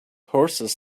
horses